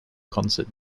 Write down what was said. concert